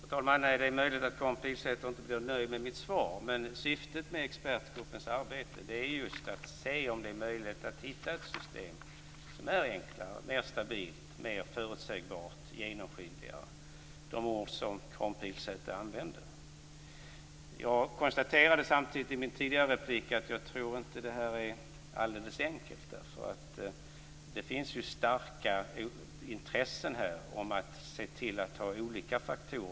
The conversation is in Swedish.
Fru talman! Det är möjligt att Karin Pilsäter inte blir nöjd med mitt svar, men syftet med expertgruppens arbete är just att se om det är möjligt att hitta ett system som är enklare, mer stabilt, mer förutsägbart och genomskinligare, för att använda de ord som Jag konstaterade samtidigt i min tidigare replik att jag inte tror att detta är alldeles enkelt. Det finns starka intressen här om att olika faktorer skall beaktas.